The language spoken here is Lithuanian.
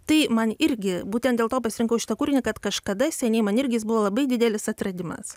tai man irgi būtent dėl to pasirinkau šitą kūrinį kad kažkada seniai man irgi jis buvo labai didelis atradimas